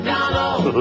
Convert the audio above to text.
Donald